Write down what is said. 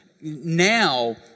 now